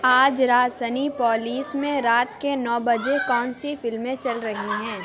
آج رات سنیپولیس میں رات کے نو بجے کون سی فلمیں چل رہی ہیں